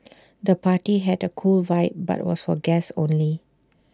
the party had A cool vibe but was for guests only